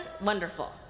wonderful